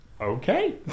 Okay